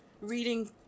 reading